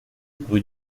rue